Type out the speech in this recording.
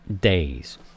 days